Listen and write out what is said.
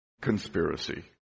conspiracy